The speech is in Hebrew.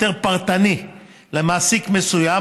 היתר פרטני למעסיק מסוים,